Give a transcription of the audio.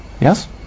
yes